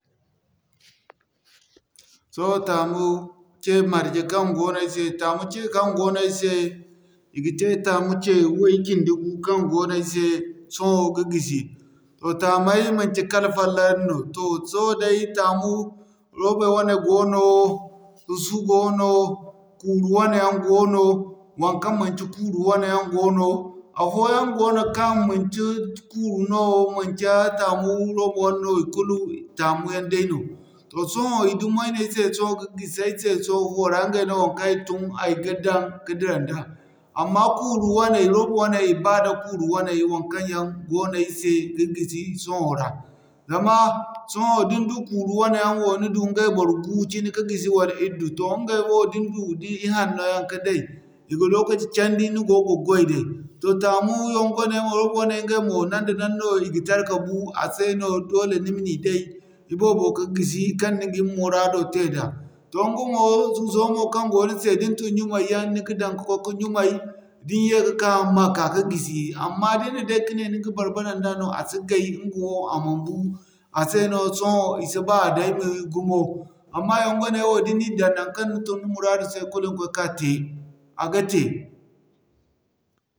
Sohõ taamu cee marje kaŋ goono ay se, taamu ce kaŋ goono ay se i ga te taamu ce way cindi-igu kaŋ goono ay se sohõ ka gisi. Toh taamey manci kala fallan no, toh sohõ day taamu roba wane goono, susu goono, kuuru wane yaŋ goono, waŋkaŋ manci kuuru wane yaŋ goono. Afooyaŋ goono kaŋ manci kuuru no, manci taamu roba wane no ikulu taamu yaŋ dayno. Toh sohõ i dumay no ay se sohõ ka gisi ay se so fuwo ra ingay no waŋkaŋ ay tun ay ga daŋ ka dira nda. Amma kuuru wane, roba waney i ba da kuuru waney waŋkaŋ yaŋ goono ay se ka gisi sohõ ra. Zama sohõ din du kuuru wane yaŋ wo, din du ingay bor gu cine ka gisi wala iddu. Toh ingay wo din du di i hanno yaŋ ka day, i ga lokaci candi ni go ga gway day. Toh taamu yongo waney mo, roba waney ingay mo nan-da-nan no i ga tara ka buu ase no doole ni ma ni day iboobo, ka gisi kaŋ ni gin muraado tey da. Toh inga mo, suso mo kaŋ go ni se din tun ɲumay yaŋ ni ga daŋ ka kway ka ɲumay, din yee ka'ka ma ka'ka gisi. Amma din na day ka ne ni ga bar-bare no a si gay, inga wo a ma buu, a se no sohõ i si ba a daymi gumo. Amma yongo waney wo din ni daŋ naŋkaŋ ni tun ni muraadu se kulu ni ga koy ka te, a ga te.